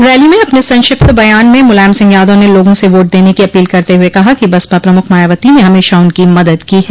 rally में अपने संक्षिप्त बयान में मुलायम सिंह यादव ने लोगों से वोट देने की अपील करते हुए कहा कि बसपा प्रमुख मायावती ने हमेशा उनकी मदद की है